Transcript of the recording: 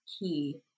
key